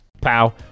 Pow